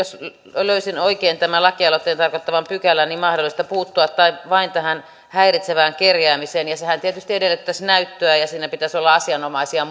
jos löysin oikein tämän lakialoitteen tarkoittaman pykälän mahdollista puuttua vain tähän häiritsevään kerjäämiseen ja sehän tietysti edellyttäisi näyttöä ja pitäisi olla asianomaisia